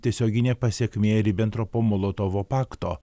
tiesioginė pasekmė ribentropo molotovo pakto